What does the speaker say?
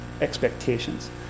expectations